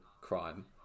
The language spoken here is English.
crime